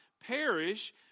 perish